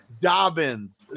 Dobbins